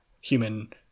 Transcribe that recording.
human